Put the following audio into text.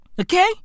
Okay